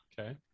Okay